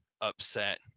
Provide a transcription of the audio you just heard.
upset